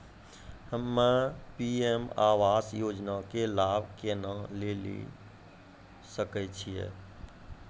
हम्मे पी.एम आवास योजना के लाभ केना लेली सकै छियै?